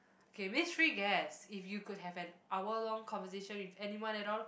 okay make three guests if you could have an hour long conversation with anyone at all